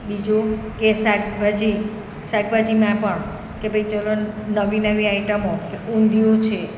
બીજું કે શાકભાજી શાકભાજીના પણ કે ભાઈ ચલો નવી નવી આઈટમો કે ઊંધિયું છે